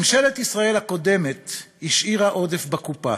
ממשלת ישראל הקודמת השאירה עודף בקופה,